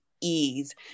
ease